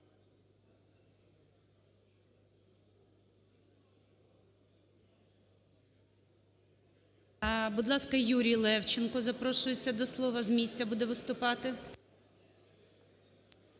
Будь ласка, Юрій Левченко запрошується до слова. З місця буде виступати.